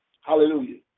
Hallelujah